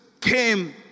came